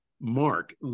mark